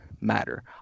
matter